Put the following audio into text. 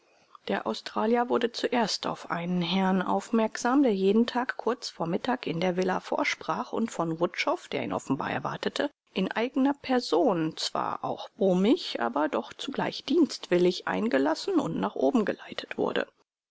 der australier wurde zuerst auf einen herrn aufmerksam der jeden tag kurz vor mittag in der villa vorsprach und von wutschow der ihn offenbar erwartete in eigener person zwar auch brummig aber doch zugleich dienstwillig eingelassen und nach oben geleitet wurde